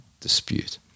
dispute